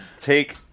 take